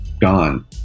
gone